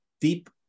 deep